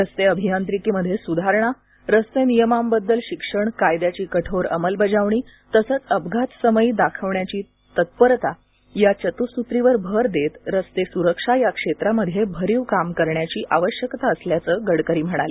रस्ते अभियांत्रिकीमध्ये सुधारणा रस्ते नियमांबद्दल शिक्षण कायद्याची कठोर अंमलबजावणी तसेच अपघात समयी दाखवण्याची तत्परता या चतुःसूत्रीवर भर देत रस्ते सुरक्षा या क्षेत्रामध्ये भरीव काम करण्याची आवश्यकता असल्याचं गडकरी म्हणाले